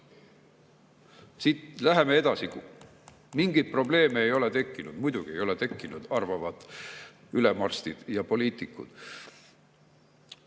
Läheme edasi. Mingeid probleeme ei ole tekkinud. Muidugi ei ole tekkinud, arvavad ülemarstid ja poliitikud.